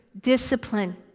Discipline